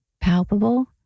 palpable